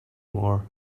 more